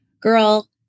Girl